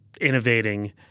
innovating